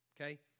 okay